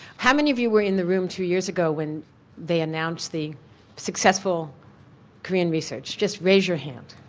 how many of you were in the room two years ago when they announced the successful korean research just raise your hand.